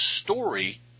story